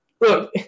Look